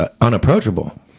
unapproachable